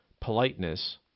politeness